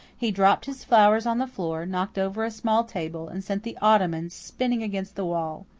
he dropped his flowers on the floor, knocked over a small table, and sent the ottoman spinning against the wall.